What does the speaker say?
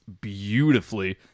beautifully